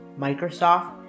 Microsoft